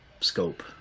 scope